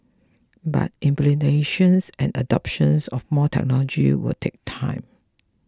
but implementation and adoption of more technology will take time